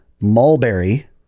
Mulberry